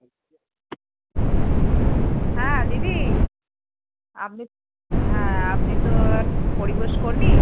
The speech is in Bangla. হ্যাঁ দিদি আপনি হ্যাঁ আপনি তো পরিবেশকর্মী